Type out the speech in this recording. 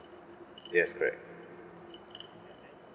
yes correct